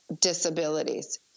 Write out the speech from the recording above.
disabilities